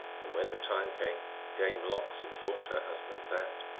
and when the time came dame lox informed her husband that,